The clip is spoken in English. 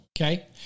Okay